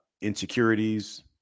insecurities